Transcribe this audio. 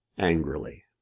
angrily